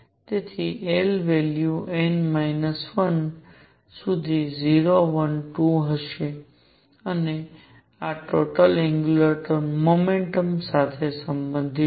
તેથી l value n 1 સુધી 0 1 2 હશે અને આ ટોટલ એંગ્યુલર મોમેન્ટમ સાથે સંબંધિત છે